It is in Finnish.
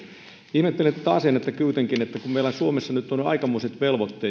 ihmettelen kuitenkin tätä asennetta että kun kun meillä suomessa on jo nyt aikamoiset velvoitteet